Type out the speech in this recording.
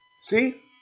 See